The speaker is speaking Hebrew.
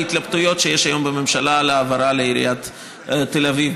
ההתלבטויות שיש היום בממשלה על העברה לעיריית תל אביב,